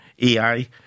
AI